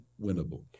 winnable